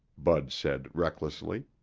bud said recklessly.